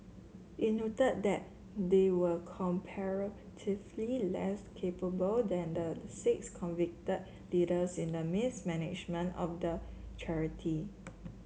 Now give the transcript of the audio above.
it noted that they were comparatively less capable than the six convicted leaders in the mismanagement of the charity